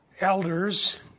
elders